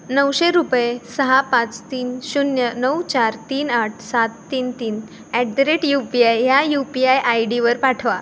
नऊशे रुपये सहा पाच तीन शून्य नऊ चार तीन आठ सात तीन तीन at the rate U P I ह्या यू पी आय आय डीवर पाठवा